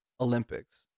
Olympics